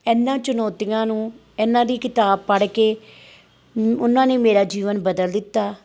ਇੰਨ੍ਹਾਂ ਚੁਣੌਤੀਆਂ ਨੂੰ ਇਹਨਾਂ ਦੀ ਕਿਤਾਬ ਪੜ੍ਹ ਕੇ ਉਹ ਉਹਨਾਂ ਨੇ ਮੇਰਾ ਜੀਵਨ ਬਦਲ ਦਿੱਤਾ